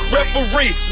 Referee